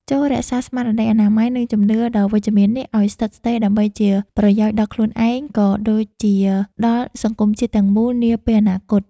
ចូររក្សាស្មារតីអនាម័យ និងជំនឿដ៏វិជ្ជមាននេះឱ្យស្ថិតស្ថេរដើម្បីជាប្រយោជន៍ដល់ខ្លួនឯង ក៏ដូចជាដល់សង្គមជាតិទាំងមូលនាពេលអនាគត។